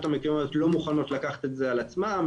המקומיות לא מוכנות לקחת את זה על עצמן,